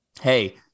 hey